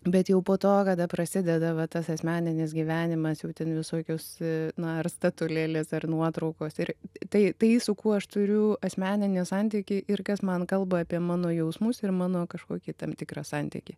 bet jau po to kada prasideda va tas asmeninis gyvenimas jau ten visokios na ar statulėles ar nuotraukos ir tai tai su kuo aš turiu asmeninį santykį ir kas man kalba apie mano jausmus ir mano kažkokį tam tikrą santykį